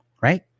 Right